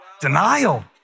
Denial